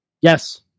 Yes